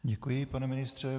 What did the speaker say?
Děkuji, pane ministře.